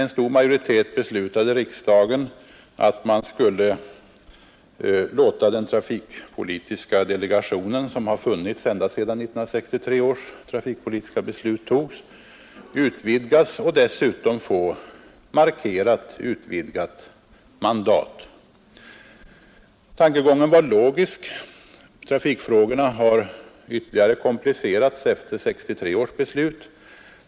Riksdagen beslutade då att trafikpolitiska delegationen, som har funnits ända sedan 1963 års trafikpolitiska beslut fattades, skulle utvidgas och dessutom få ett markerat utökat mandat. Tankegången var logisk. Trafikfrågorna har ytterligare komplicerats efter 1963 års beslut.